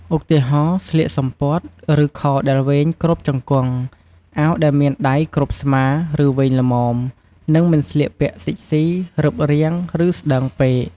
ឧទាហរណ៍ ស្លៀកសំពត់ ឬខោដែលវែងគ្របជង្គង់ អាវដែលមានដៃគ្រប់ស្មា ឬវែងល្មម និងមិនស្លៀកពាក់សិចស៊ី រឹបរាង ឬស្តើងពេក។